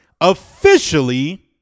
officially